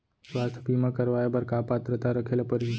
स्वास्थ्य बीमा करवाय बर का पात्रता रखे ल परही?